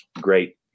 great